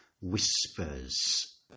whispers